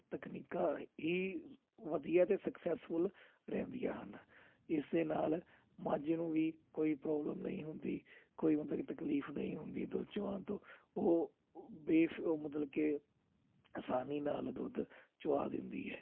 ਤਕਨੀਕਾਂ ਹੀ ਵਧੀਆ ਅਤੇ ਸਕਸੈਸਫੁਲ ਰਹਿੰਦੀਆਂ ਹਨ ਇਸ ਦੇ ਨਾਲ ਮੱਝ ਨੂੰ ਵੀ ਕੋਈ ਪ੍ਰੋਬਲਮ ਨਹੀਂ ਹੁੰਦੀ ਕੋਈ ਮਤਲਬ ਤਕਲੀਫ ਨਹੀਂ ਹੁੰਦੀ ਦੁੱਧ ਚੋਣ ਤੋਂ ਉਹ ਬੇਫ ਮਤਲਬ ਕਿ ਆਸਾਨੀ ਨਾਲ ਦੁੱਧ ਚੁਵਾ ਦਿੰਦੀ ਹੈ